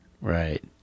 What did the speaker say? right